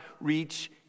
reach